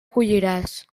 colliràs